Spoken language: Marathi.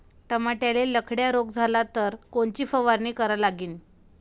टमाट्याले लखड्या रोग झाला तर कोनची फवारणी करा लागीन?